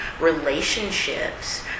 relationships